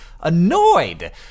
annoyed